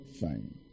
Fine